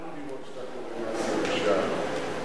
באותן הדירות שאתה קונה,